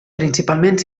principalment